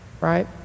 right